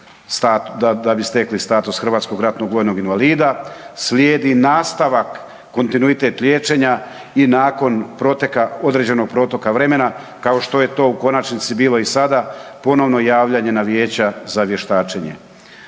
da bi stekli status hrvatskog ratnog vojnog invalida, slijedi nastavak kontinuitet liječenja i nakon proteka određenog protoka vremena, kao što je to u konačnici bilo i sada, ponovno javljanje na vijeća za vještačenje,